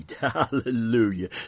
Hallelujah